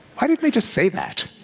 why didn't they just say that?